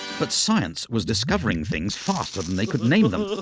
but science was discovering things faster than they could name them,